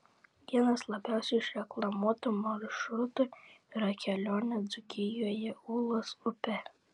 vienas labiausiai išreklamuotų maršrutų yra kelionė dzūkijoje ūlos upe